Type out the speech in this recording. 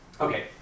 Okay